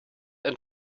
and